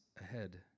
ahead